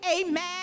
amen